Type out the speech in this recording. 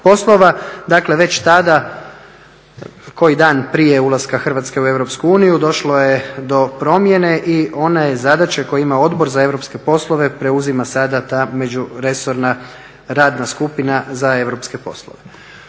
Dakle, već tada, koji dan prije ulaska Hrvatske u EU došlo je do promjene i ona je zadaća koju ima Odbor za europske poslove preuzima sada ta Međuresorna radna skupina za europske poslove.